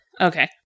okay